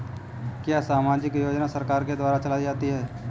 क्या सामाजिक योजनाएँ सरकार के द्वारा चलाई जाती हैं?